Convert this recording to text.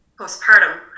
postpartum